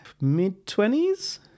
mid-twenties